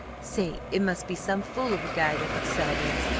say, it must be some fool of a guy that would sell this.